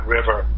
River